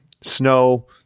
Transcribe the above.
snow